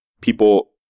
people